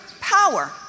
power